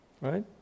right